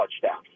touchdown